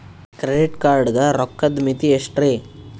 Credit card ಗ ರೋಕ್ಕದ್ ಮಿತಿ ಎಷ್ಟ್ರಿ?